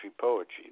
poetry